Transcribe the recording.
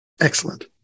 Excellent